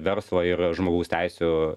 verslo ir žmogaus teisių